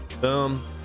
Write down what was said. boom